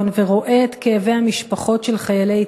ורואה את כאבי המשפחות של חיילי צה"ל.